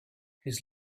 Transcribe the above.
his